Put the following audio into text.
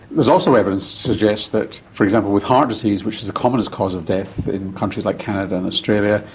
there is also evidence to suggest that, for example, with heart disease, which is the commonest cause of death in countries like canada and australia,